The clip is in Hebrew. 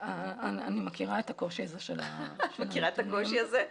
אני מכירה את הקושי הזה של --- את מכירה את הקושי הזה?